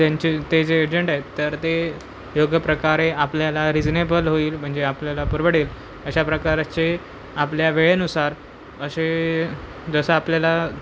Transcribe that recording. त्यांचे ते जे एजंट आहेत तर ते योग्य प्रकारे आपल्याला रिजनेबल होईल म्हणजे आपल्याला परवडेल अशा प्रकारचे आपल्या वेळेनुसार असे जसं आपल्याला